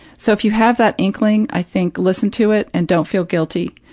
so if you have that inkling, i think listen to it and don't feel guilty.